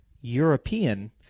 European